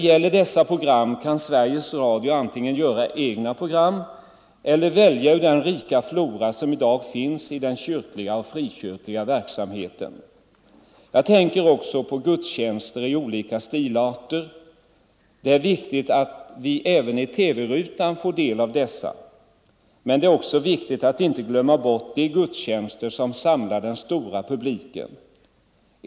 Sveriges Radio kan då antingen göra egna program eller välja ur den rika flora som i dag finns i den kyrkliga och frikyrkliga verksamheten. Jag tänker också på gudstjänster i olika stilarter. Det är viktigt att vi även i TV-rutan får del av dessa. Men det är också viktigt att inte glömma bort de gudstjänster som samlar den stora publiken.